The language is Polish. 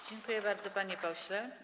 Dziękuję bardzo, panie pośle.